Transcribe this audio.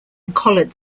collared